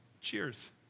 Cheers